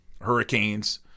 hurricanes